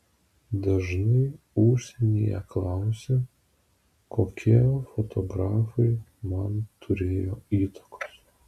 dažnai užsienyje klausia kokie fotografai man turėjo įtakos